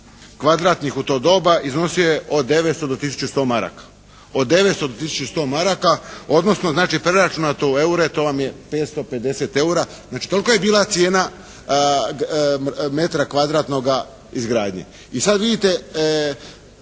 kvadratnih u to doba? Iznosio je od 900 do tisuću 100 maraka, odnosno preračunato u eure to vam je 550 eura. Znači, tolika je bila cijena metra kvadratnoga izgradnje. I sad vidite,